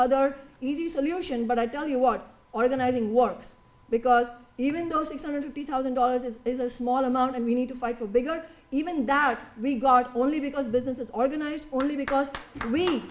other easy solution but i don't you want organizing works because even though six hundred fifty thousand dollars is a small amount and we need to fight for bigger even that regard only because business is organized only because we